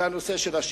הוא נושא השילוט.